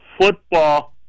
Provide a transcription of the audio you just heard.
football